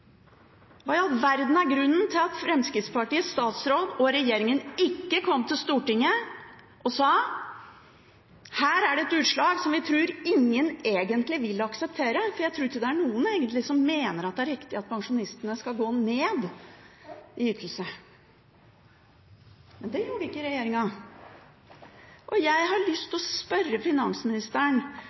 Hva i all verden er grunnen til at Fremskrittspartiets statsråd og regjeringen ikke kom til Stortinget og sa at her er det et utslag som vi tror ingen egentlig vil akseptere? For jeg tror ikke det er noen som egentlig mener at det er riktig at pensjonistene skal gå ned i ytelse. Men det gjorde ikke regjeringen. Jeg har lyst til å spørre finansministeren: